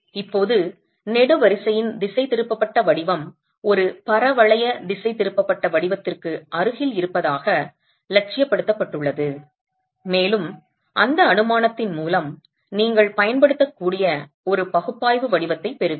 இப்போது நெடுவரிசையின் திசைதிருப்பப்பட்ட வடிவம் ஒரு பரவளைய திசைதிருப்பப்பட்ட வடிவத்திற்கு அருகில் இருப்பதாக இலட்சியப்படுத்தப்பட்டுள்ளது மேலும் அந்த அனுமானத்தின் மூலம் நீங்கள் பயன்படுத்தக்கூடிய ஒரு பகுப்பாய்வு வடிவத்தைப் பெறுவீர்கள்